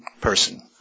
person